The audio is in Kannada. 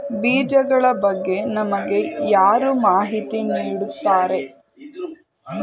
ಬೀಜಗಳ ಬಗ್ಗೆ ನಮಗೆ ಯಾರು ಮಾಹಿತಿ ನೀಡುತ್ತಾರೆ?